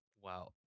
Wow